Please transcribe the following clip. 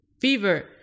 fever